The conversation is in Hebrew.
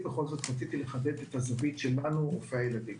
רציתי לחדד את הזווית שלנו, רופאי הילדים.